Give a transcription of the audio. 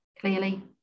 clearly